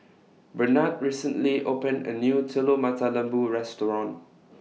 Bernard recently opened A New Telur Mata Lembu Restaurant